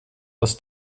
aus